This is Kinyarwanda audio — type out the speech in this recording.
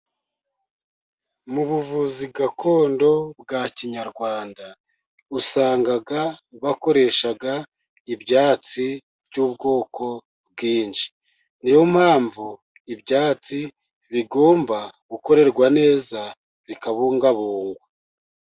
Mu buvuzi gakondo bwa kinyarwanda, usanga bakoresha ibyatsi by'ubwoko bwinshi, niyo mpamvu, ibyatsi bigomba gukorerwa neza, bikabungabungwa.